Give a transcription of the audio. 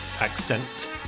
accent